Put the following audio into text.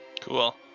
Cool